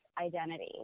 identity